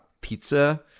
pizza